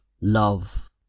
love